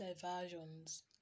diversions